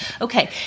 Okay